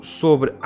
sobre